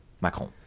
macron